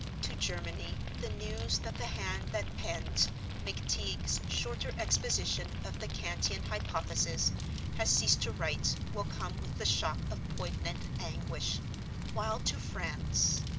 to germany the news that the hand that penned mcteague's shorter exposition of the kantian hypothesis has ceased to write will come with the shock of poignant anguish while to france